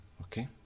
Okay